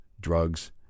drugs